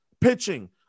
pitching